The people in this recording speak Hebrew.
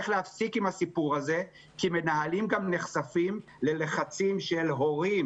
צריך להפסיק עם הסיפור הזה כי מנהלים גם נחשפים ללחצים של הורים